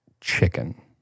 Chicken